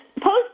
Post